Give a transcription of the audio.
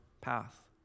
path